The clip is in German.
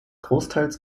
großteils